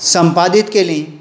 संपादीत केलीं